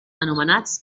anomenats